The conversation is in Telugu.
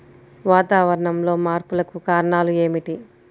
వాతావరణంలో మార్పులకు కారణాలు ఏమిటి?